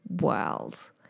world